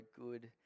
good